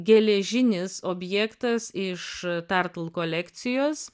geležinis objektas iš tartl kolekcijos